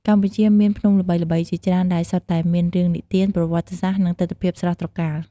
កម្ពុជាមានភ្នំល្បីៗជាច្រើនដែលសុទ្ធតែមានរឿងនិទាន ប្រវត្តិសាស្ត្រ និងទិដ្ឋភាពស្រស់ត្រកាល។